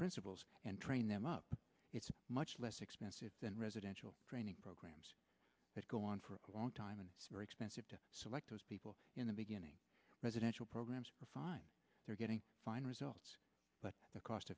principals and train them up it's much less expensive than residential training programs that go on for a long time and it's very expensive to select those people in the beginning residential programs are fine they're getting fine results but the cost